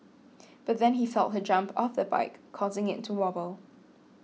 but then he felt her jump off the bike causing it to wobble